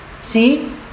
See